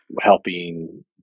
helping